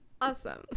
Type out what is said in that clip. Awesome